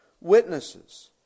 witnesses